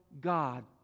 God